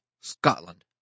Scotland